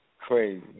Crazy